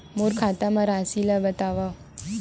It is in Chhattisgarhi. मोर खाता म राशि ल बताओ?